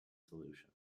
solution